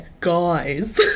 Guys